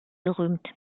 gerühmt